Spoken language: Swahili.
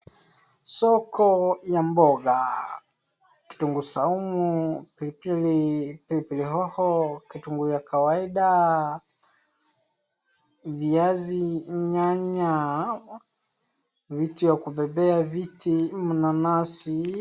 Soko ya mboga kitunguu saumu, pilipili hoho, kitunguu vya kawaida, viazi, nyanya, vitu ya kubebea viti, mnanasi.